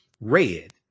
red